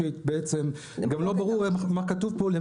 גם לא ברור מה כתוב פה.